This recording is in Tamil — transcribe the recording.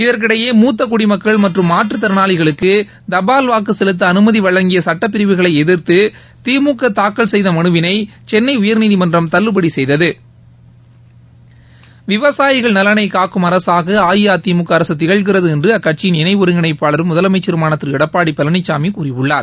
இதற்கிடையே மூத்த குடிமக்கள் மற்றும் மாற்றுக் திறனாளிகளுக்கு தபால் வாக்கு செலுத்த அனுமதி வழங்கிய சட்டப் பிரிவுகளை எதிர்த்து திமுக தாக்கல் செய்த மனுவிளை சென்னை உயர்நீதிமன்றம் தள்ளுபடி செய்தது விவசாயிகள் நலனை காக்கும் அரசாக அஇஅதிமுக அரசு திகழ்கிறது என்று அக்கட்சியிள் இணை ஒருங்கிணைப்பாளரும் முதலமைச்சருமான திரு எடப்பாடி பழனிசாமி கூறியுள்ளார்